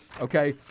okay